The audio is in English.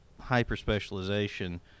hyper-specialization